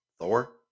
Thor